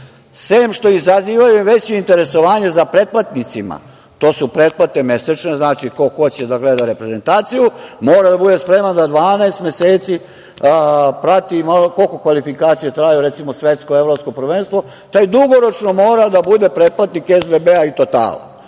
Sem što izazivaju veće interesovanje za pretplatnicima, to su pretplate mesečne, znači ko hoće da gleda reprezentaciju mora da bude spreman da 12 meseci prati, koliko kvalifikacije traju, recimo svetsko, evropsko prvenstvo, taj dugoročno mora da bude pretplatnik SBB i "Totala".